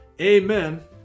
amen